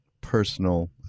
personal